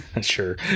Sure